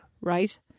right